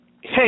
Hey